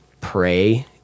pray